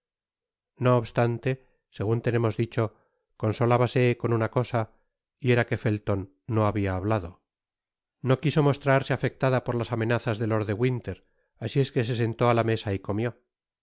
no obstante segun tenemos dicho consolábase con una cosa y era que felton no habia hablado content from google book search generated at no quiso mostrarse afectada por las amenazas de lord de winter asi es que se sentó á la mesa y comió en